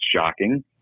shocking